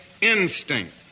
instinct